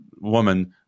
woman